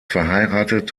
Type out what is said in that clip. verheiratet